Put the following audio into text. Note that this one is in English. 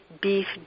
beef